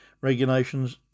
Regulations